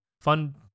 fun